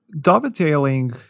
dovetailing